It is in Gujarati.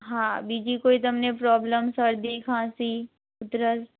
હા બીજી કોઈ તમને પ્રોબ્લમ શરદી ખાંસી ઉધરસ